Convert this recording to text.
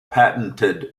patented